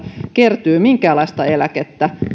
kertyy minkäänlaista eläkettä